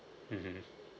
mmhmm